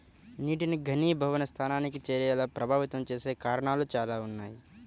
నీటిని ఘనీభవన స్థానానికి చేరేలా ప్రభావితం చేసే కారణాలు చాలా ఉన్నాయి